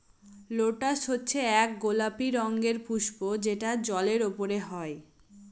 lotus হচ্ছে এক গোলাপি রঙের পুস্প যেটা জলের ওপরে হয়